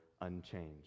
unchanged